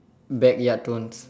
backyard thorns